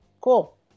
Cool